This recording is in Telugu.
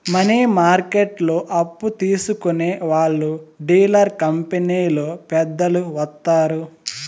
మనీ మార్కెట్లో అప్పు తీసుకునే వాళ్లు డీలర్ కంపెనీలో పెద్దలు వత్తారు